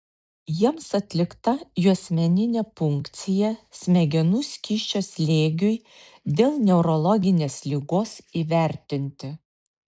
jiems atlikta juosmeninė punkcija smegenų skysčio slėgiui dėl neurologinės ligos įvertinti